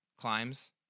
climbs